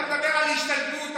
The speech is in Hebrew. אתה מדבר על השתלטות,